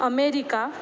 America